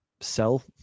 sell